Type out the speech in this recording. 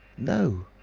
no!